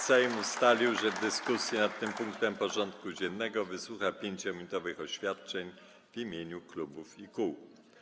Sejm ustalił, że w dyskusji nad tym punktem porządku dziennego wysłucha 5-minutowych oświadczeń w imieniu klubów i kół.